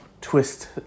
twist